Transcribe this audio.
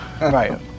Right